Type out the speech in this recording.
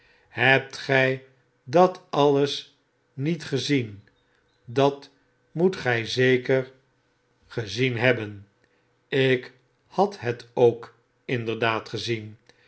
hebt gy dat alles niet gezien dat moet gy voorzeker gezien hebben ik had het ook inderdaad gezien